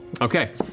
Okay